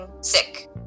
sick